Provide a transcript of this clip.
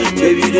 baby